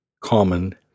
common